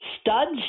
Studs